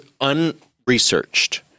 unresearched